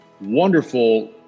wonderful